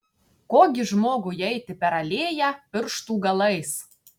ko gi žmogui eiti per alėją pirštų galais